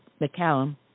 McCallum